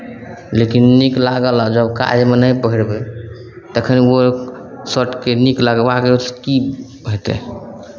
लेकिन नीक लागल आ जब काजमे नहि पहिरबै तखनि ओ शर्टके नीक लगबाके ओहिसँ की हेतै